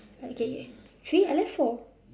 okay three I left four